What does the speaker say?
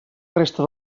resta